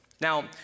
Now